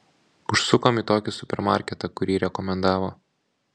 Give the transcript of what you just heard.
užsukom į tokį supermarketą kurį rekomendavo